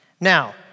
Now